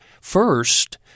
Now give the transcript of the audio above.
first